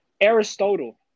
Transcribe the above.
Aristotle